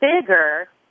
bigger